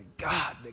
God